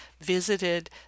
visited